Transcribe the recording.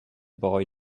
boy